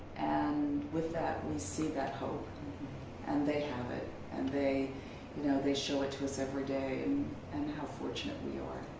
and with that we see that hope and they have it and they you know they show it to us every day and and how fortunate we are.